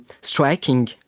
striking